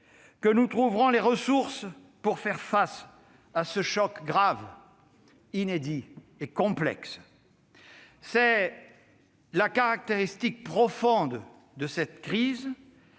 que nous trouverons les ressources pour faire face à ce choc grave, inédit et complexe. C'est la caractéristique profonde de cette crise